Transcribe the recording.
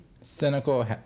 Cynical